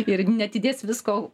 ir neatidės visko